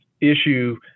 issue